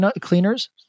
cleaners